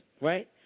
right